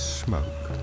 smoke